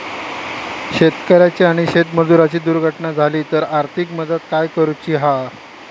शेतकऱ्याची आणि शेतमजुराची दुर्घटना झाली तर आर्थिक मदत काय करूची हा?